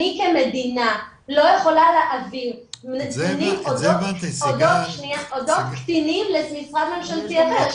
אני כמדינה לא יכולה להעביר נתונים אודות קטינים למשרד ממשלתי אחר.